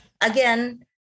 again